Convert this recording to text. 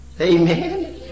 Amen